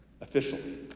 officially